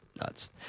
Nuts